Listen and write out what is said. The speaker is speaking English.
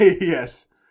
Yes